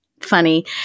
Funny